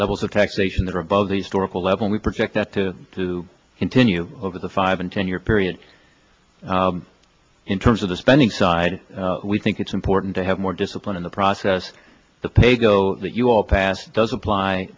levels of taxation that are above the storable level we project that to to continue over the five and ten year period in terms of the spending side we think it's important to have more discipline in the process the paygo that your past does apply